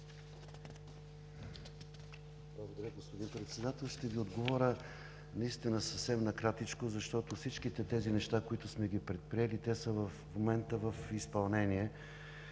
Благодаря, господин Председател. Ще Ви отговоря съвсем накратко, защото всичките тези неща, които сме ги предприели, в момента са в изпълнение.